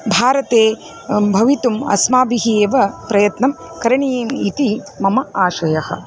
भारते भवितुम् अस्माभिः एव प्रयत्नं करणीयम् इति मम आशयः